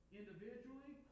individually